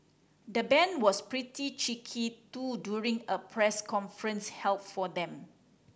the band was pretty cheeky too during a press conference held for them